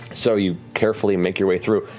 so you carefully make your way through.